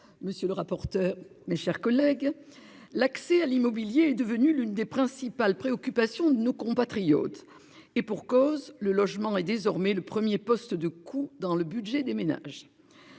monsieur le rapporteur. Mes chers collègues. L'accès à l'immobilier est devenu l'une des principales préoccupations de nos compatriotes. Et pour cause, le logement est désormais le 1er poste de coûts dans le budget des ménages.